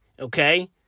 Okay